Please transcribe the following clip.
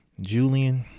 Julian